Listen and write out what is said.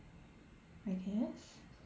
I guess